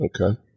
okay